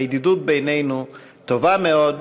הידידות בינינו טובה מאוד,